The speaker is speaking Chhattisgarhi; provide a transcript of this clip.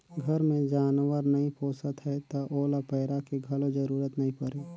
घर मे जानवर नइ पोसत हैं त ओला पैरा के घलो जरूरत नइ परे